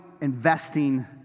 investing